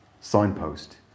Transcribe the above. signpost